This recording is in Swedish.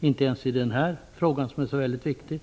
inte ens i detta ärende, som är så väldigt viktigt.